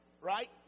right